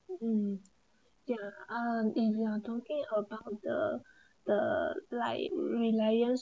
mm yeah um eh you are talking about the the like reliance